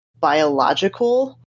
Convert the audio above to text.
biological